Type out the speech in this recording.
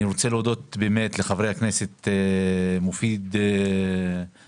אני רוצה להודות לחברי הכנסת מופיד מרעי,